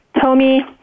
Tommy